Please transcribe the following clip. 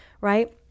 right